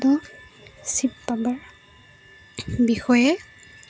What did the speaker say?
শিৱ বাবাৰ বিষয়ে